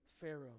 Pharaoh